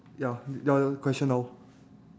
ya the question now